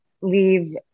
leave